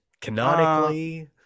canonically